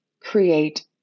create